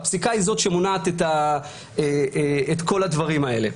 הפסיקה היא זאת שמונעת את כל הדברים האלה.